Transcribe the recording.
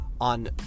on